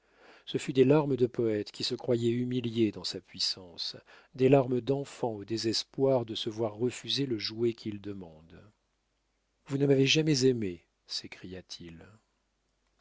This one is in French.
ce fut des larmes de poète qui se croyait humilié dans sa puissance des larmes d'enfant au désespoir de se voir refuser le jouet qu'il demande vous ne m'avez jamais aimé